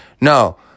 no